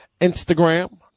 Instagram